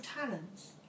talents